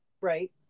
Right